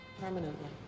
permanently